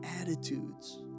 attitudes